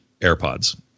AirPods